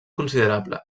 considerable